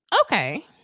okay